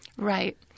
Right